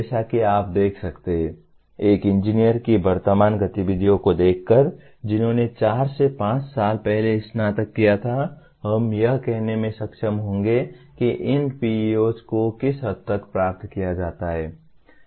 जैसा कि आप देख सकते हैं एक इंजीनियर की वर्तमान गतिविधियों को देखकर जिन्होंने चार से पांच साल पहले स्नातक किया था हम यह कहने में सक्षम होंगे कि इन PEOs को किस हद तक प्राप्त किया जाता है